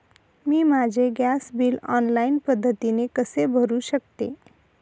मी माझे gas bill online पद्धतीने कसे भरु शकते?